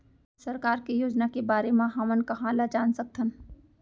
सरकार के योजना के बारे म हमन कहाँ ल जान सकथन?